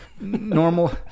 normal